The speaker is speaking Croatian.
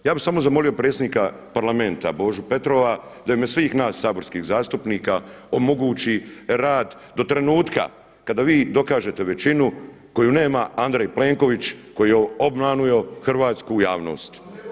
Ja bih samo zamolio predsjednika Parlamenta Božu Petrova da u ime svih nas saborskih zastupnika omogući rad do trenutka kada vi dokažete većinu koju nema Andrej Plenković koji je obmanuo hrvatsku javnost.